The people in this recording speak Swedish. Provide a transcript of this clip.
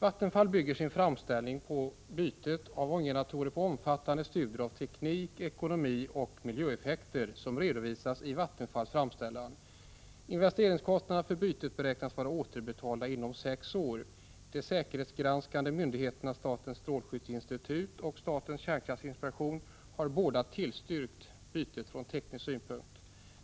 Vattenfall bygger sin framställning om byte av ånggeneratorer på omfattande studier av teknik, ekonomi och miljöeffekter som redovisas i framställningen. Investeringskostnaderna för bytet beräknas vara återbetalda inom sex år. De säkerhetsgranskande myndigheterna statens strålskyddsinstitut och statens kärnkraftinspektion har båda tillstyrkt bytet från teknisk synpunkt.